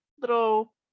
little